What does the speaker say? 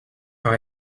how